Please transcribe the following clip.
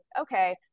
okay